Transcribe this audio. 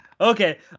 Okay